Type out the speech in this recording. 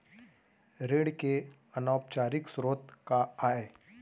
ऋण के अनौपचारिक स्रोत का आय?